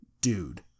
dude